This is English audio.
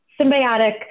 symbiotic